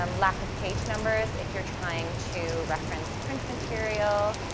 um lack of page numbers if you're trying to reference print material.